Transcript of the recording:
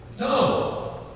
no